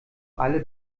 alle